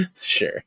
Sure